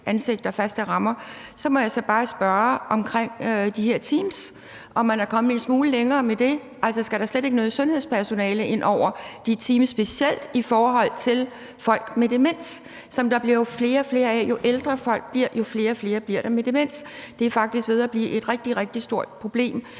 ansigter og faste rammer, må jeg bare spørge i forhold til de her teams, om man er kommet en smule længere med det. Altså, skal der slet ikke noget sundhedspersonale ind over de teams, specielt i forhold til folk med demens, som der jo bliver flere og flere af? Jo ældre folk bliver, jo flere bliver der med demens. Det er faktisk ved at blive et rigtig, rigtig stort problem,